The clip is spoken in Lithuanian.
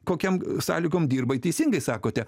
kokiom sąlygom dirba teisingai sakote